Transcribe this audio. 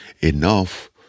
enough